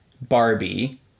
Barbie